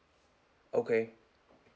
okay